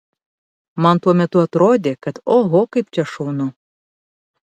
man tuo metu atrodė kad oho kaip čia šaunu